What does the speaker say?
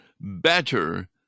Better